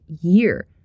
year